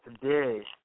today